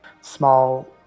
small